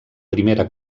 primera